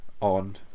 on